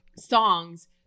songs